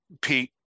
Pete